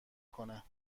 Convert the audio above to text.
کنه